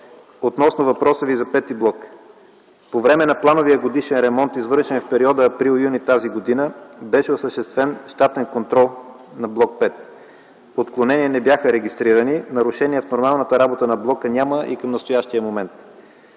Относно въпроса Ви за V блок. По време на плановия годишен ремонт, извършен в периода април-юни тази година, беше осъществен щатен контрол на Блок V. Отклонения не бяха регистрирани. Нарушения в нормалната работа на блока няма и към настоящия момент.